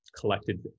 collected